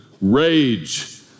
rage